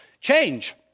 Change